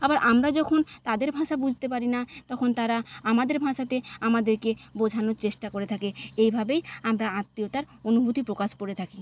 আবার আমরা যখন তাদের ভাষা বুজতে পারি না তখন তারা আমাদের ভাষাতে আমাদেরকে বোঝানোর চেষ্টা করে থাকে এইভাবেই আমরা আত্মীয়তার অনুভূতি প্রকাশ করে থাকি